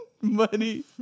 Money